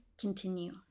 Continue